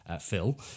Phil